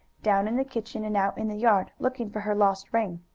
down in the kitchen, and out in the yard, looking for her lost ring.